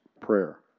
prayer